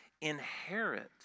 inherit